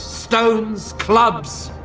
stones, clubs.